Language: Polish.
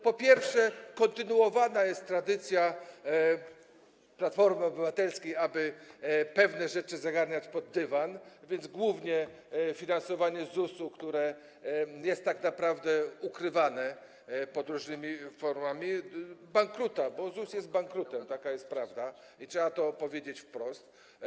Po pierwsze, kontynuowana jest tradycja Platformy Obywatelskiej, aby pewne rzeczy zagarniać pod dywan, więc głównie finansowanie ZUS-u, które jest tak naprawdę ukrywane pod różnymi formami bankruta, bo ZUS jest bankrutem - taka jest prawda i trzeba to powiedzieć wprost.